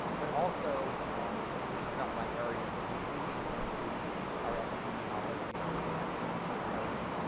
but also and this is not my area, but we do need to improve our epidemiology and our collection in certain areas,